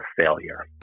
failure